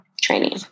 training